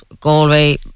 Galway